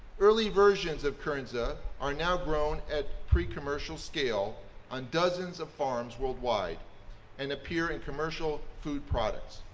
early versions of kernza are now grown at pre-commercial scale on dozens of farms worldwide and appear in commercial food products.